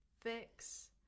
fix